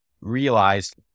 realized